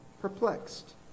perplexed